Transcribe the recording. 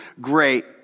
great